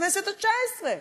בכנסת התשע-עשרה?